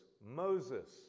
Moses